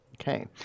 Okay